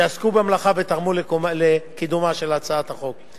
שעסקו במלאכה ותרמו לקידומה של הצעת החוק.